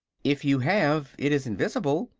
if you have, it is invisible,